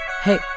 hey